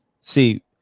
See